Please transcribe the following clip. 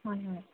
হয় হয়